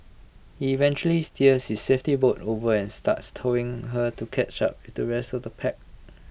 he eventually steers his safety boat over and starts towing her to catch up with the rest of the pack